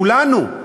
כולנו.